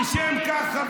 אתה רוצה טרוריסטים?